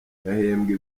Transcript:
yahembwe